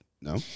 no